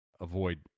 avoid